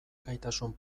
gaitasun